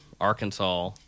Arkansas